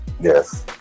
Yes